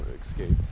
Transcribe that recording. escaped